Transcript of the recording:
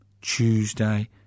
Tuesday